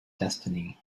destiny